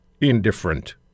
indifferent